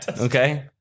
Okay